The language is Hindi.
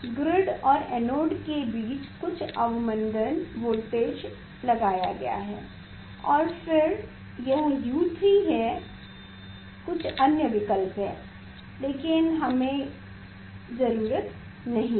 ग्रिड और एनोड के बीच कुछ अवमंदन वोल्टेज लगाया गया हैं और फिर यह U3 है कुछ अन्य विकल्प हैं लेकिन हमें जरूरत नहीं है